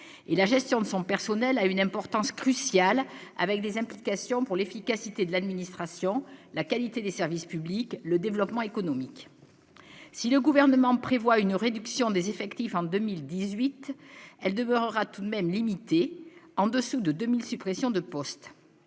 et la gestion de son personnel, a une importance cruciale, avec des implications pour l'efficacité de l'administration, la qualité des services publics, le développement économique si le gouvernement prévoit une réduction des effectifs en 2018 elle demeurera tout de même limité en dessous de 2000 suppressions de postes,